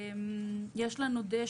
יש לנו dashboard